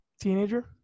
teenager